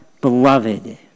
Beloved